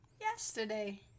Yesterday